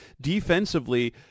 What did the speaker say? defensively